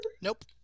Nope